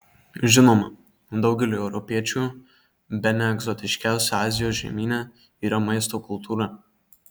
žinoma daugeliui europiečių bene egzotiškiausia azijos žemyne yra maisto kultūra